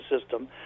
system